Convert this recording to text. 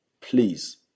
Please